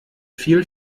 viel